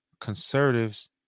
conservatives